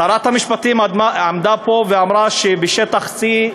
שרת המשפטים עמדה פה ואמרה שבשטח C,